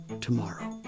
tomorrow